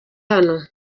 hano